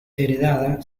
heredada